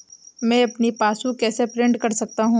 मैं अपनी पासबुक कैसे प्रिंट कर सकता हूँ?